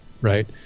right